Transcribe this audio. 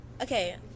Okay